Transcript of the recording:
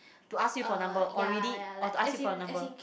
to ask you for number already to ask you for your number